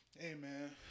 Amen